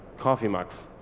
coffee mugs.